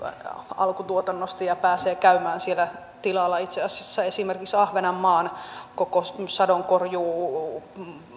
alkutuotannosta ja pääsee käymään siellä tilalla itse asiassa esimerkiksi ahvenanmaan koko sadonkorjuutienooseen